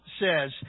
says